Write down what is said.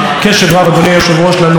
לנואמים ולנואמות.